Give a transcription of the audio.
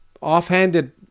offhanded